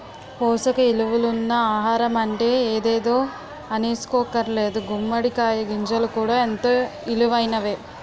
పోసక ఇలువలున్న ఆహారమంటే ఎదేదో అనీసుకోక్కర్లేదు గుమ్మడి కాయ గింజలు కూడా ఎంతో ఇలువైనయే